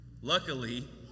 Luckily